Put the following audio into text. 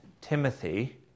Timothy